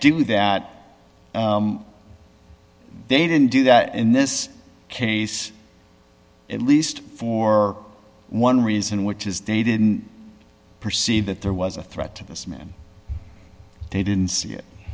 do that they didn't do that in this case at least for one reason which is they didn't perceive that there was a threat to this man they didn't see it